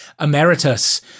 Emeritus